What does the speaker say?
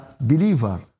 believer